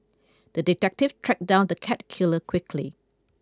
the detective tracked down the cat killer quickly